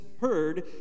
heard